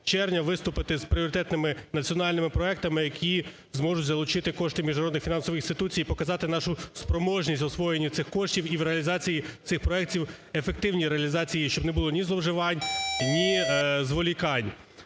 27 червня виступити з пріоритетними національними проектами, які зможуть залучити кошти міжнародних фінансових інституцій і показати нашу спроможність в засвоєнні цих коштів і в реалізації цих проектів, ефективній реалізації, щоб не було ні зловживань, ні зволікань.